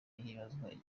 hibanzwe